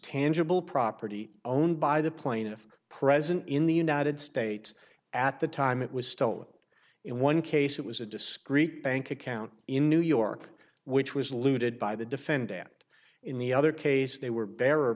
tangible property owned by the plaintiff present in the united states at the time it was stolen in one case it was a discrete bank account in new york which was looted by the defendant in the other case they were bearer